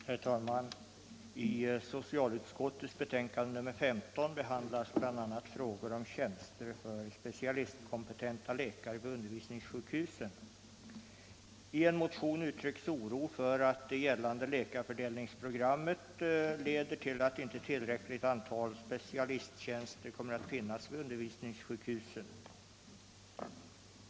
Herr talman! I socialutskottets betänkande nr 15 behandlas bl.a. frågan om tjänster för specialistkompetenta läkare vid undervisningssjukhusen. I en motion uttrycks oro för att det gällande läkarfördelningsprogrammet leder till att inte tillräckligt antal specalisttjänster kommer att finnas vid undervisningssjukhusen.